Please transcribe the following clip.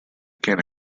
can